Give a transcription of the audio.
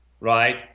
right